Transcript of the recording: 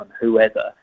whoever